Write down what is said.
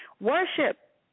Worship